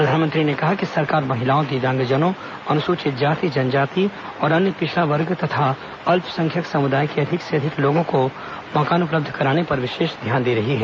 प्रधानमंत्री ने कहा कि सरकार महिलाओं दिव्यांगजनों अनुसूचित जाति जनजाति और अन्य पिछड़ा वर्ग तथा अल्पसंख्यक समुदाय के अधिक से अधिक लोगों को मकान उपलब्ध कराने पर विशेष ध्यान दे रही है